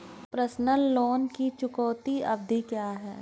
Personal loan की चुकौती अवधि क्या है?